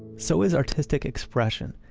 so is artistic expression.